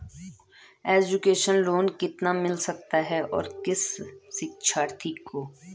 Education loan कितना मिल सकता है और किस शिक्षार्थी को?